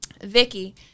Vicky